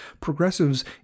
Progressives